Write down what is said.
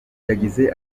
yagize